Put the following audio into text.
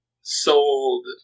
sold